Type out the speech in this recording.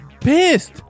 pissed